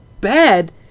bad